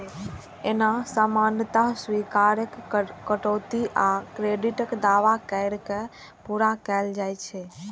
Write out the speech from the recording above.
एना सामान्यतः स्वीकार्य कटौती आ क्रेडिटक दावा कैर के पूरा कैल जाइ छै